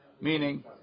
meaning